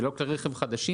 זה לא כלי רכב חדשים,